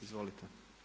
Izvolite.